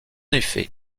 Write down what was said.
effet